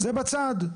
זה בצד.